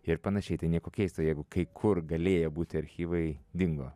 ir panašiai tai nieko keisto jeigu kai kur galėjo būti archyvai dingo